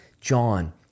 John